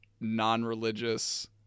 non-religious